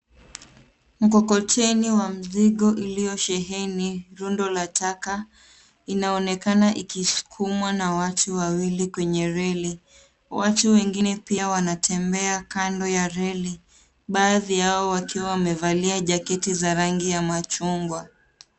Mkokoteni wa mzigo iliosheheni rundo la taka inaonekana ikisukumwa na watu wawili kwenye reli. Watu wengine pia wanatembea kando ya reli baadhi yao wakiwa wamevalia jaketi za rangi ya machungwa.